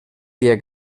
dia